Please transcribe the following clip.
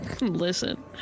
listen